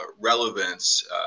relevance